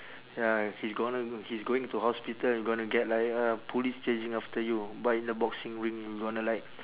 ya he's gonna he's going to hospital you gonna get like uh police chasing after you but in a boxing ring you gonna like